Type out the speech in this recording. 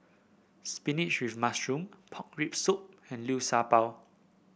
spinach with mushroom Pork Rib Soup and Liu Sha Bao